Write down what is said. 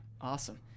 awesome